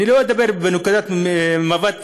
אני לא אדבר מנקודת מבט אישית,